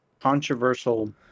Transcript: Controversial